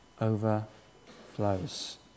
overflows